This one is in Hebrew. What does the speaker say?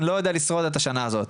אני לא יודע לשרוד את השנה הזאת".